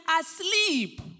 asleep